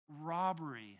robbery